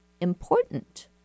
important